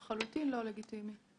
לחלוטין לא לגיטימי.